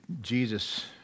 Jesus